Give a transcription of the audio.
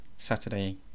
Saturday